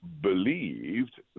believed